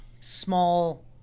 small